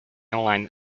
online